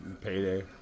Payday